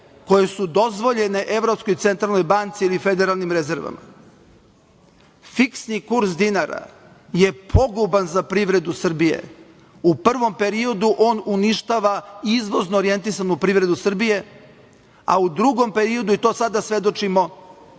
koje su dozvoljene Evropskoj centralnoj banci ili federalnim rezervama. Fiksni kurs dinara je poguban za privredu Srbije. U prvom periodu on uništava izvozno orijentisanu privredu Srbije, a u drugom periodu i to sada svedočimo